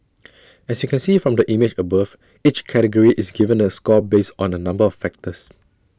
as you can see from the image above each category is given A score based on A number of factors